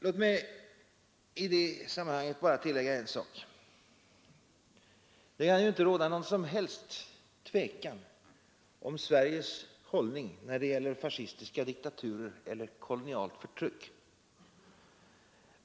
Låt mig i detta sammanhang bara tillägga en sak. Det kan ju inte råda någon som helst tvekan om Sveriges hållning när dei gäller fascistiska diktaturer eller kolonialt förtryck.